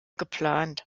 geplant